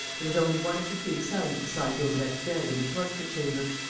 there was only one of the three sons beside daubrecq's bed in the torture-chamber.